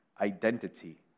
identity